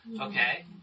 Okay